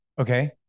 okay